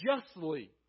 justly